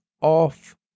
off